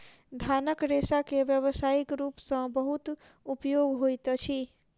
धानक रेशा के व्यावसायिक रूप सॅ बहुत उपयोग होइत अछि